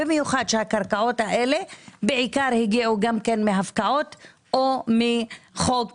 במיוחד שהקרקעות האלה בעיקר הגיעו מהפקעות או מחוק